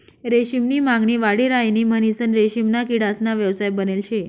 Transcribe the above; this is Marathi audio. रेशीम नी मागणी वाढी राहिनी म्हणीसन रेशीमना किडासना व्यवसाय बनेल शे